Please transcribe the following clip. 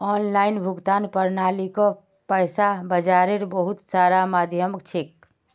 online भुगतान प्रणालीक पैसा बाजारेर बहुत सारा माध्यम छेक